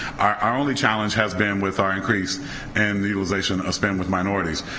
our our only challenge has been with our increase and the utilization of spend with minorities,